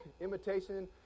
imitation